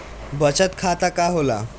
बचत खाता का होला?